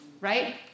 right